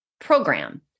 program